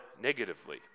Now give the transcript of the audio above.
negatively